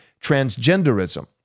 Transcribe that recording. transgenderism